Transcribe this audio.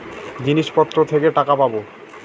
জিনিসপত্র থেকে টাকা পাবো